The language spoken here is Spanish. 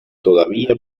todavía